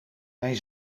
mijn